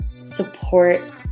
support